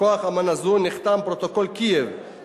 מכוח אמנה זו נחתם פרוטוקול קייב,